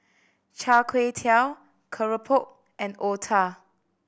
Char Kway Teow Keropok and Otah